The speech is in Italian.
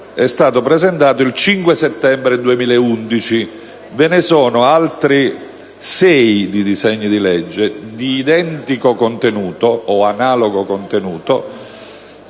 il 16 settembre 2011 è stato presentato